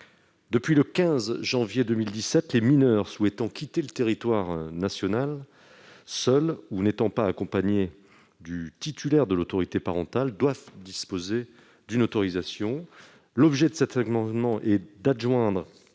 Depuis le 15 janvier 2017, les mineurs souhaitant quitter le territoire national seuls ou n'étant pas accompagnés du titulaire de l'autorité parentale doivent disposer d'une autorisation. L'objet de cet amendement est d'adjoindre